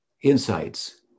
insights